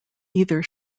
either